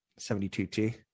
72T